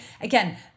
Again